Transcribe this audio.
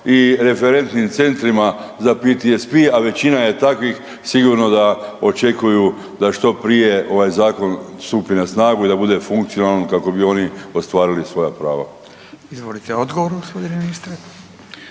i referentnim centrima za PTSP a većina je takvih, sigurno da očekuju da što prije ovaj zakon stupi na snagu i da bude funkcionalan kako bi oni ostvarili svoja prava. **Radin, Furio (Nezavisni)**